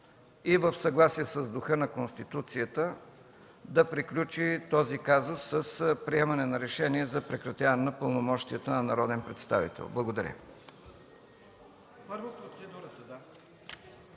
и в съгласие с духа на Конституцията да приключи този казус с приемане на решение за прекратяване на пълномощията на народен представител. Благодаря.